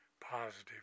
positive